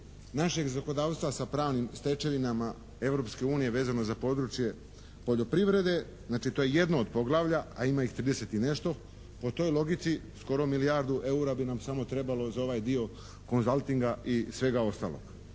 našeg zakonodavstva sa pravnim stečevinama Europske unije vezano za područje poljoprivrede, znači to je jedno od poglavlja, a ima ih trideset i nešto, po toj logici skoro milijardu EUR-a bi nam samo trebalo za ovaj dio konzaltinga i svega ostalog.